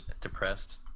depressed